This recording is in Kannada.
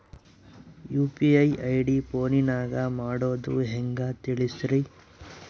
ಯು.ಪಿ.ಐ ಐ.ಡಿ ಫೋನಿನಾಗ ಮಾಡೋದು ಹೆಂಗ ತಿಳಿಸ್ರಿ?